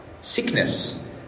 sickness